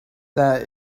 that